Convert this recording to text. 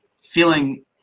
feeling